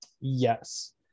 Yes